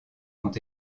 ont